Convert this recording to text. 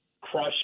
crush